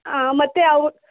ಹಾಂ ಮತ್ತು ಅವು